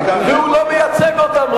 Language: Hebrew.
והוא לא מייצג אותם,